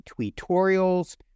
tutorials